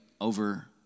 over